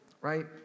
right